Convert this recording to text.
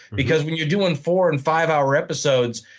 because when you're doing four and five hour episodes,